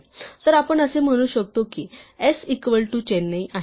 तर आपण असे म्हणू शकतो की s इक्वल टू चेन्नई आहे